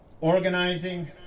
Organizing